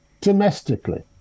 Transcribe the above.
domestically